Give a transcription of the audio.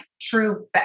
true